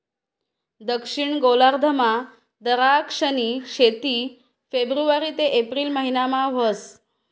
दक्षिण गोलार्धमा दराक्षनी शेती फेब्रुवारी ते एप्रिल महिनामा व्हस